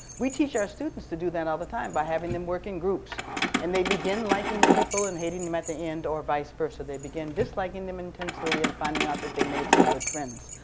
we teach our students to do that all the time by having them work in groups and they begin liking the people and hating them at the end or vice versa they began disliking them intensely and finding out that they made some good friends.